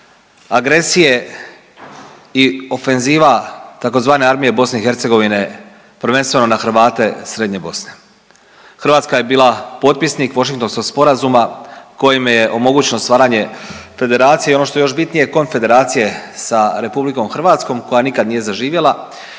agresije i ofenziva tzv. armije BiH prvenstveno na Hrvate srednje Bosne. Hrvatska je bila potpisnik Washingtonskog sporazuma kojim je omogućeno stvaranje federacije i ono što je još bitnije konfederacije sa RH koja nikad nije zaživjela.